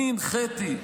אני הנחיתי,